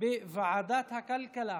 בוועדת הכלכלה.